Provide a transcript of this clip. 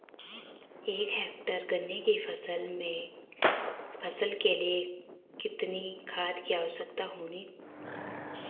एक हेक्टेयर गन्ने की फसल के लिए कितनी खाद की आवश्यकता होगी?